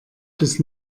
bis